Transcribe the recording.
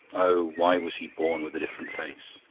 oh, why was he born with a different face?